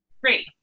Great